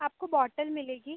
आपको बोटल मिलेगी